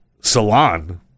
salon